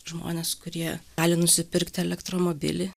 žmonės kurie gali nusipirkti elektromobilį